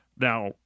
Now